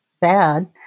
bad